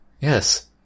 Yes